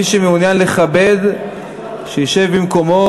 מי שמעוניין לכבד, שישב במקומו.